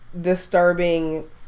disturbing